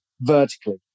vertically